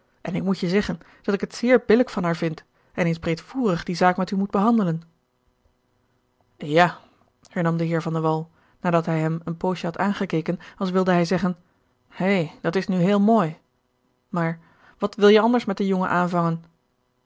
en ik moet je zeggen dat ik het zeer billijk van haar vind en eens breedvoerig die zaak met u moet behandelen ja hernam de heer van de wall nadat hij hem een poosje had aangekeken als wilde hij zeggen hé dat is nu heel mooi maar wat wil je anders met den jongen aanvangen